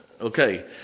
Okay